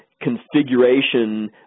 configuration